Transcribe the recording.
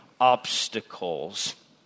obstacles